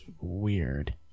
weird